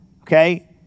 Okay